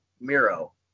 Miro